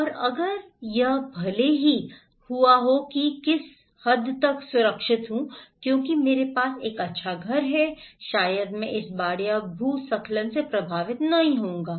और अगर यह भले ही यह हुआ कि मैं किस हद तक असुरक्षित हूं क्योंकि मेरे पास एक अच्छा घर है शायद मैं इस बाढ़ या भूस्खलन से प्रभावित नहीं होऊंगा